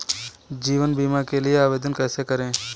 जीवन बीमा के लिए आवेदन कैसे करें?